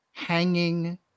Hanging